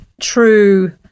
true